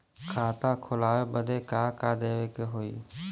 खाता खोलावे बदी का का देवे के होइ?